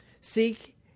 SEEK